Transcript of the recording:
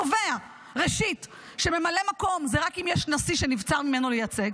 שקובע ראשית שממלא מקום זה רק אם יש נשיא שנבצר ממנו לייצג.